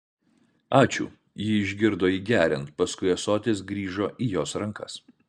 ačiū ji išgirdo jį geriant paskui ąsotis grįžo įjos rankas